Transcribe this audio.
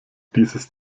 dieses